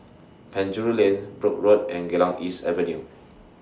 Penjuru Lane Brooke Road and Geylang East Avenue